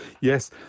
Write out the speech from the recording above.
Yes